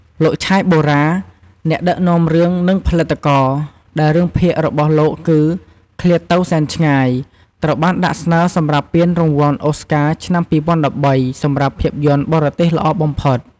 លោក ឆាយ បូរ៉ា អ្នកដឹកនាំរឿងនិងផលិតករ ដែលរឿងភាគរបស់លោកគឺ "ឃ្លាតទៅសែនឆ្ងាយ" ត្រូវបានដាក់ស្នើសម្រាប់ពានរង្វាន់អូស្ការឆ្នាំ ២០១៣ សម្រាប់ភាពយន្តបរទេសល្អបំផុត។